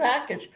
package